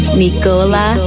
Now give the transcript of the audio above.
nicola